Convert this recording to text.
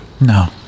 No